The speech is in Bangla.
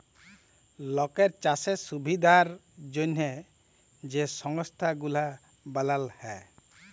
লকের চাষের সুবিধার জ্যনহে যে সংস্থা গুলা বালাল হ্যয়